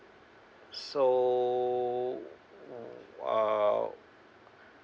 so uh